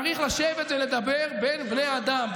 צריך לשבת ולדבר בין בני אדם,